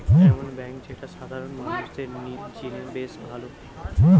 এমন বেঙ্ক যেটা সাধারণ মানুষদের জিনে বেশ ভালো